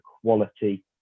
quality